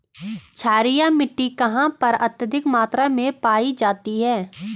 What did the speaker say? क्षारीय मिट्टी कहां पर अत्यधिक मात्रा में पाई जाती है?